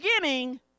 beginning